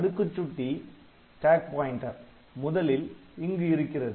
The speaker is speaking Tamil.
அடுக்குச் சுட்டி முதலில் இங்கு இருக்கிறது